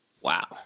wow